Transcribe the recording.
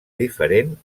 diferent